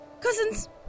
Cousins